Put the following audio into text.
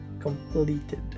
completed